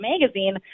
magazine